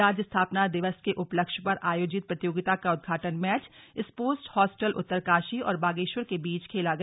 राज्य स्थापना दिवस के उपलक्ष्य पर आयोजित प्रतियोगिता का उद्घाटन मैच स्पोर्ट्स हॅास्टल उत्तरकाशी और बागेश्वर के बीच खेला गया